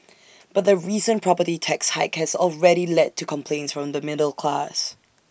but the recent property tax hike has already led to complaints from the middle class